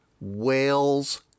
Whale's